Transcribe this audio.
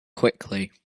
quickly